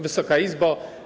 Wysoka Izbo!